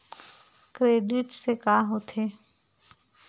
Credit से का होथे?